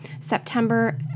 September